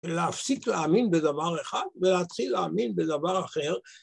‫ולהפסיק להאמין בדבר אחד, ‫ולהתחיל להאמין בדבר אחר.